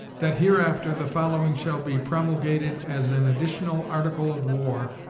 that hereafter the following shall be promulgated as an additional article of war,